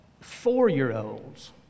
four-year-olds